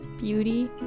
Beauty